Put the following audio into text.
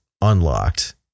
unlocked